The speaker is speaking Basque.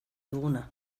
duguna